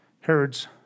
Herod's